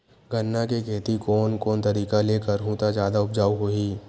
गन्ना के खेती कोन कोन तरीका ले करहु त जादा उपजाऊ होही?